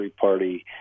party